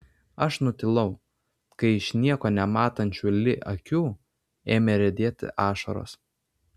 aš nutilau kai iš nieko nematančių li akių ėmė riedėti ašaros